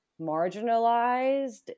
marginalized